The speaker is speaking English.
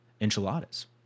enchiladas